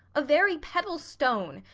a very pebble stone,